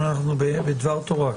אנחנו בדבר תורה.